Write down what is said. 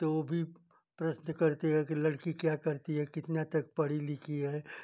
तो वो भी प्रश्न करती है कि लड़की क्या करती है कितना तक पढ़ी लिखी है